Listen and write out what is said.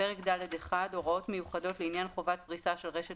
"פרק ד'1: הוראות מיוחדות לעניין חובת פריסה של רשת